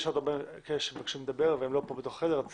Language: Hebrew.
יש עוד אנשים שביקשו לדבר והם לא כאן אלא ב-זום.